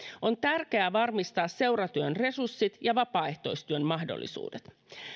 on tärkeää varmistaa seuratyön resurssit ja vapaaehtoistyön mahdollisuudet